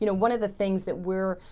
you know one of the things that we're